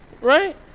Right